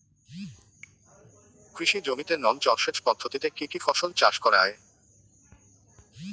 কৃষি জমিতে নল জলসেচ পদ্ধতিতে কী কী ফসল চাষ করা য়ায়?